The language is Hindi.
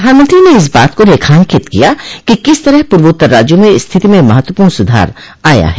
प्रधानमंत्री ने इस बात को रेखांकित किया कि किस तरह पूर्वोत्तर राज्यों में स्थिति में महत्वपूर्ण सुधार आया है